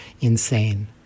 insane